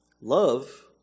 love